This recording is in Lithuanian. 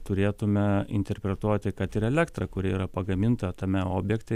turėtume interpretuoti kad ir elektra kuri yra pagaminta tame objekte